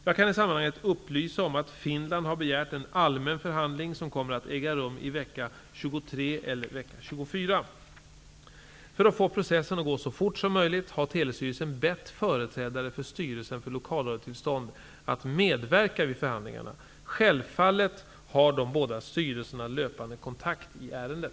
Jag kan i sammanhanget upplysa om att Finland har begärt en allmän förhandling som kommer att äga rum i vecka 23 För att få processen att gå så fort som möjligt har Telestyrelsen bett företrädare för Styrelsen för lokalradiotillstånd att medverka vid förhandlingarna. Självfallet har de båda styrelserna löpande kontakt i ärendet.